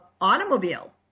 automobile